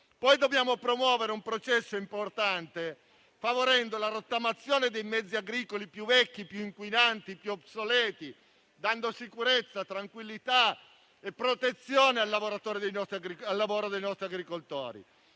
dobbiamo promuovere un processo importante favorendo la rottamazione dei mezzi agricoli più vecchi, inquinanti e obsoleti, dando sicurezza, tranquillità e protezione al lavoro dei nostri agricoltori.